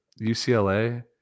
UCLA